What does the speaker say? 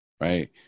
right